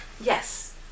Yes